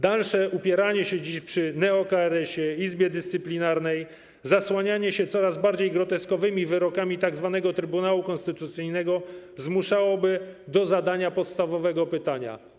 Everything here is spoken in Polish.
Dalsze upieranie się dziś przy neo-KRS, Izbie Dyscyplinarnej, zasłanianie się coraz bardziej groteskowymi wyrokami tzw. Trybunału Konstytucyjnego zmuszałoby do zadania podstawowego pytania: